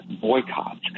boycotts